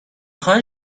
خاین